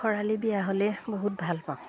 খৰালি বিয়া হ'লে বহুত ভাল পাওঁ